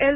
L